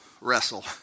wrestle